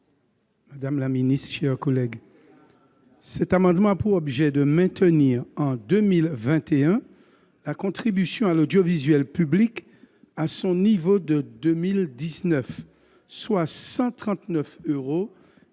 M. Maurice Antiste. Cet amendement a pour objet de maintenir en 2021 la contribution à l'audiovisuel public à son niveau de 2019, soit 139 euros et